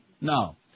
No